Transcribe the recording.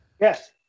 Yes